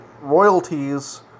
royalties